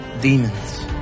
demons